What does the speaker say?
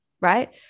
right